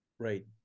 Right